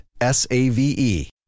S-A-V-E